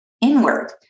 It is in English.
inward